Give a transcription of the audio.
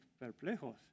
perplejos